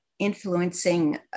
influencing